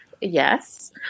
Yes